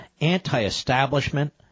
anti-establishment